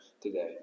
today